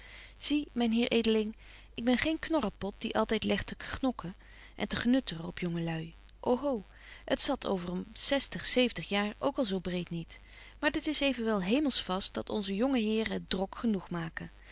zie myn heer edeling ik ben geen knorrepot die altyd legt te gnokken en te gnutteren op jongelui ô ho het zat over een zestig zeventig jaar ook al zo breet niet maar dit is evenwel hemelsch vast dat onze jonge heren het drok genoeg maken